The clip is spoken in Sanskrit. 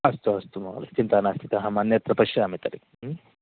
अस्तु अस्तु महोदय चिन्ता नास्ति अहम् अन्यत्र पश्यामि तर्हि